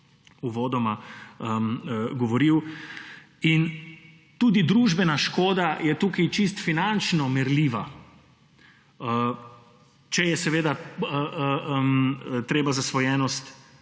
uvodoma govoril. Družbena škoda je tukaj čisto finančno merljiva, če je treba zasvojenost